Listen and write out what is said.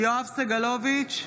יואב סגלוביץ'